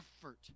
effort